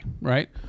right